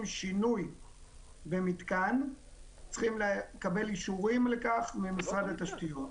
שינוי במתקן צריכים לקבל לכך אישורים ממשרד התשתיות.